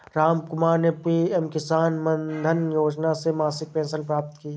रामकुमार ने पी.एम किसान मानधन योजना से मासिक पेंशन प्राप्त की